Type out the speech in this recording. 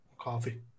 coffee